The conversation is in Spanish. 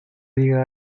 diga